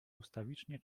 ustawicznie